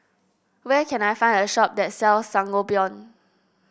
where can I find a shop that sells Sangobion